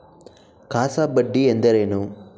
CASA ಬಡ್ಡಿ ಎಂದರೇನು?